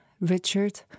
Richard